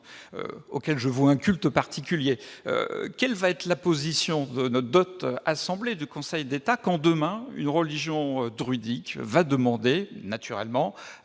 auquel je voue un culte particulier ! Quelle sera la position de notre docte Assemblée ou du Conseil d'État, quand, demain, une religion druidique demandera, tout naturellement,